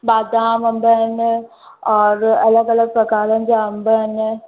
बादाम अम्ब आहिनि और अलॻि अलॻि प्रकारनि जा अम्ब आहिनि